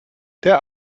der